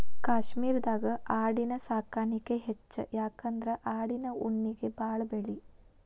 ಕಾಶ್ಮೇರದಾಗ ಆಡಿನ ಸಾಕಾಣಿಕೆ ಹೆಚ್ಚ ಯಾಕಂದ್ರ ಆಡಿನ ಉಣ್ಣಿಗೆ ಬಾಳ ಬೆಲಿ